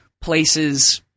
places